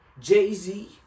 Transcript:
Jay-Z